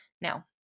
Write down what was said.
Now